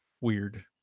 weird